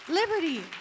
liberty